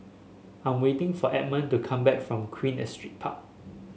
I am waiting for Edmund to come back from Queen Astrid Park